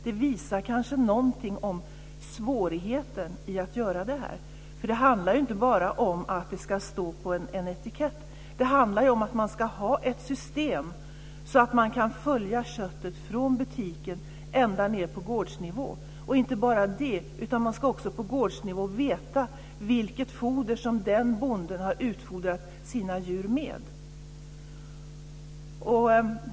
Det visar kanske något av svårigheten att göra detta. Det handlar inte bara om att det ska stå på en etikett. Det handlar om att man ska ha ett system som gör att man kan följa köttet från butiken och ända ned på gårdsnivå. Och det är inte bara det, utan man ska också på gårdsnivå veta vilket foder som den bonden har utfodrat sina djur med.